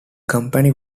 company